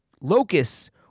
locusts